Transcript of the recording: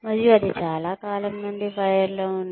మరియు అది చాలా కాలం నుండి ఫైర్ లో ఉంది